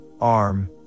arm